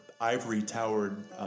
ivory-towered